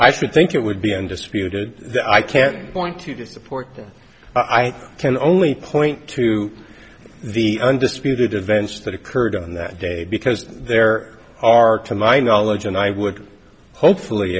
should think it would be undisputed that i can point to to support i can only point to the undisputed events that occurred on that day because there are to my knowledge and i would hopefully